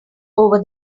over